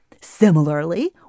Similarly